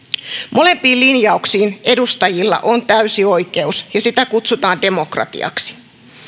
molempiin linjauksiin edustajilla on täysi oikeus ja sitä kutsutaan demokratiaksi